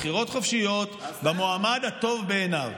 בבחירות חופשיות במועמד הטוב בעיניו,